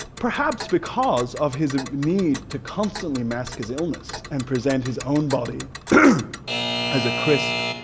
perhaps because of his need to constantly mask his illness and present his own body as a crisp,